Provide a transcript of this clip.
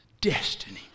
destiny